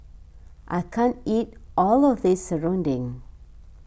I can't eat all of this Serunding